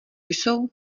jsou